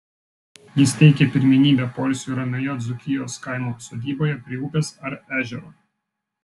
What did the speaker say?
jis teikia pirmenybę poilsiui ramioje dzūkijos kaimo sodyboje prie upės ar ežero